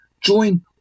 join